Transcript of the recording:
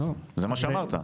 זה מה שאמרת.